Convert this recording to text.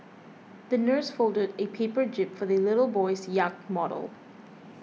the nurse folded a paper jib for the little boy's yacht model